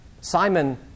Simon